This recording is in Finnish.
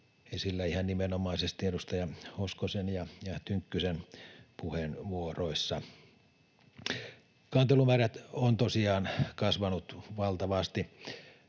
esillä ihan nimenomaisesti edustaja Hoskosen ja Tynkkysen puheenvuoroissa. Kantelumäärät ovat tosiaan kasvaneet valtavasti.